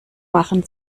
machen